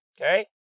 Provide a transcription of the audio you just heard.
Okay